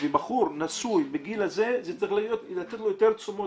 למכור נשוי בגיל הזה צריך לתת יותר תשומות